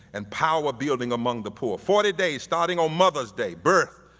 and power building among the poor. forty days starting on mother's day, birth,